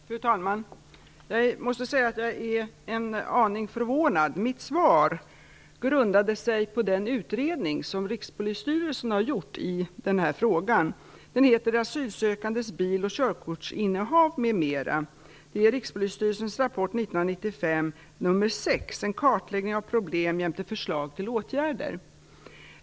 Fru talman! Jag måste säga att jag är en aning förvånad. Mitt svar grundade sig på den utredning som Rikspolisstyrelsen har gjort i den här frågan. Den heter Asylsökandes bil och körkortsinnehav, m.m. Det är Rikspolisstyrelsens rapport 1995:6, en kartläggning av problem jämte förslag till åtgärder.